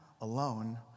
alone